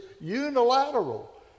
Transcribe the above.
unilateral